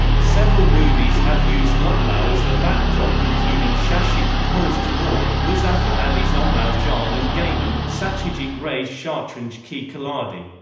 several movies have used lucknow as their backdrop including shashi kapoor's junoon, muzaffar ali's umrao jaan and gaman, satyajit ray's shatranj ke khiladi.